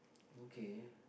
okay